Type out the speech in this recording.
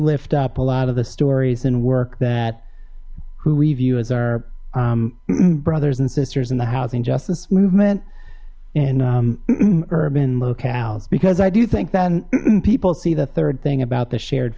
lift up a lot of the stories and work that who we view as our brothers and sisters in the housing justice movement and urban locales because i do think that people see the third thing about the shared